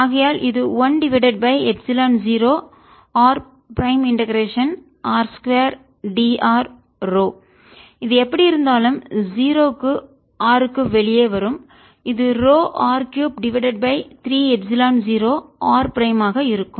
ஆகையால் இது 1 divided by epsilon 0 R prime integration r 2dr ρ இது எப்படியிருந்தாலும் 0 க்கு R க்கு வெளியே வரும் இது ρ R 3 divided by 3 epsilon 0 R prime ஆக இருக்கும்